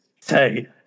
say